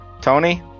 Tony